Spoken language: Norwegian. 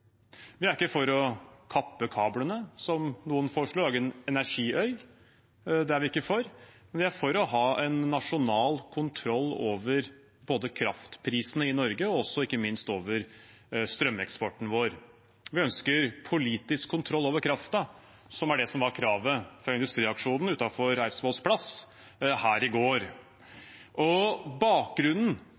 Vi er ikke for å kappe kablene og lage en energiøy, som noen sier. Det er vi ikke for, men vi er for å ha nasjonal kontroll over både kraftprisene i Norge og ikke minst strømeksporten vår. Vi ønsker politisk kontroll over kraften, som er det som var kravet fra Industriaksjonen utenfor Eidsvolls plass her i går. Bakgrunnen